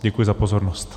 Děkuji za pozornost.